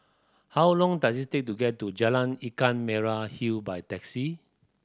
how long does it take to get to Jalan Ikan Merah Hill by taxi